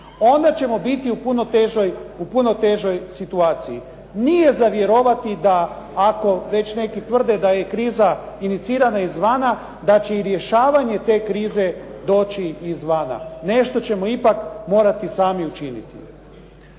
onda ćemo biti u puno težoj situaciji. Nije za vjerovati da ako već neki tvrde da je kriza inicirana izvana da će i rješavanje te krize doći izvana. Nešto ćemo ipak morati sami učiniti.